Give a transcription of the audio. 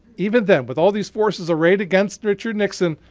even then with all these forces arrayed against richard nixon,